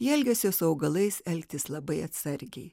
ji elgiasi su augalais elgtis labai atsargiai